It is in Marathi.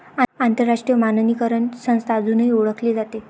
आंतरराष्ट्रीय मानकीकरण संस्था म्हणूनही ओळखली जाते